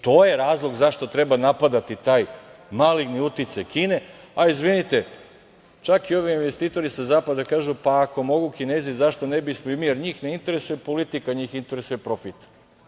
To je razlog zašto treba napadati taj maligni uticaj Kine, a izvinite, čak i ovi investitori sa zapada kažu, pa ako mogu Kinezi zašto ne bismo i mi, jer njih ne interesuje politika, njih interesuje profit.